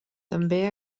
també